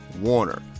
Warner